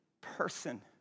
person